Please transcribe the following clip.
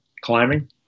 climbing